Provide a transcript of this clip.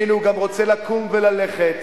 שהנה הוא גם רוצה לקום וללכת.